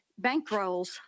bankrolls